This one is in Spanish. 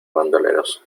bandoleros